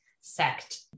sect